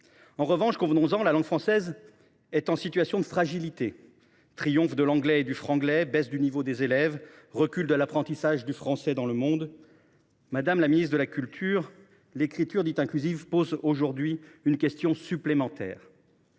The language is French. En revanche, convenons en, la langue française est en situation de fragilité : triomphe de l’anglais et du franglais, baisse du niveau des élèves, recul de l’apprentissage du français dans le monde. Madame la ministre de la culture, l’écriture dite inclusive pose aujourd’hui une question supplémentaire